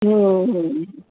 હમ હ